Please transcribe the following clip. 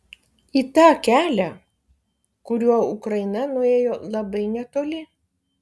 į tą kelią kuriuo ukraina nuėjo labai netoli